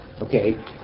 Okay